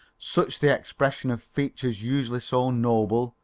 such the expression of features usually so noble,